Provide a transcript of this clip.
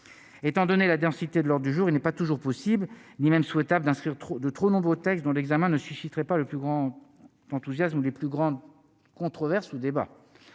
étant donné la densité de lors du jour, il n'est pas toujours possible ni même souhaitable d'inscrire trop de trop nombreux, texte dont l'examen ne susciterait pas le plus grand enthousiasme les plus grandes controverses, le débat,